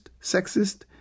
sexist